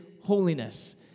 holiness